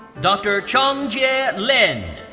dr. qiongjie ah lin.